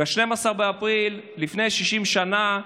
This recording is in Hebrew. ב-12 באפריל, לפני 60 שנה,